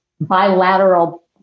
bilateral